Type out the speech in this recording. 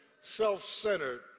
self-centered